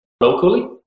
locally